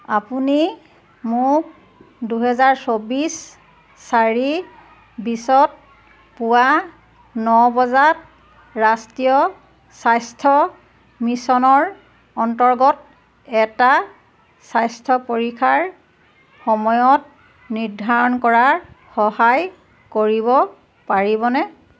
আপুনি মোক দুহেজাৰ চৌব্বিছ চাৰি বিছত পুৱা ন বজাত ৰাষ্ট্ৰীয় স্বাস্থ্য মিছনৰ অন্তৰ্গত এটা স্বাস্থ্য পৰীক্ষাৰ সময়ত নিৰ্ধাৰণ কৰাৰ সহায় কৰিব পাৰিবনে